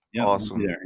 Awesome